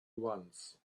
once